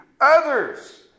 others